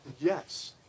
Yes